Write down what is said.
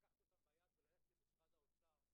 לקחת אותם ביד וללכת למשרד האוצר,